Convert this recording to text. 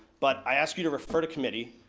but i ask you to refer to committee.